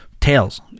Tales